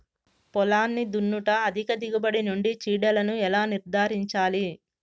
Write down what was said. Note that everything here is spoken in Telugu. పొలాన్ని దున్నుట అధిక దిగుబడి నుండి చీడలను ఎలా నిర్ధారించాలి?